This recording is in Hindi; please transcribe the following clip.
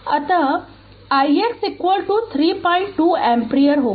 अत ix 32 ऐम्पियर होगा